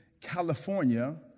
California